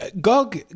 GOG